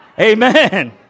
Amen